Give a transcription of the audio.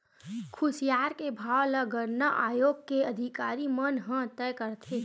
खुसियार के भाव ल गन्ना आयोग के अधिकारी मन ह तय करथे